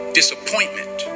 disappointment